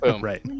right